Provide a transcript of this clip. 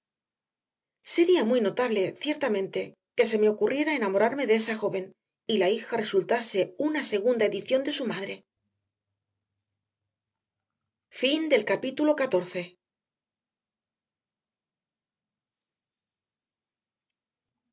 sería muy notable ciertamente que se me ocurriera enamorarme de esa joven y la hija resultase una segunda edición de su madre capítulo